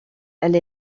elle